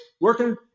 working